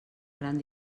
gran